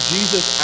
Jesus